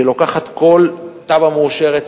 שלוקחים כל תב"ע מאושרת,